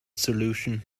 solution